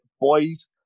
Boys